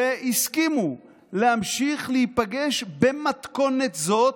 והסכימו להמשיך להיפגש במתכונת זאת,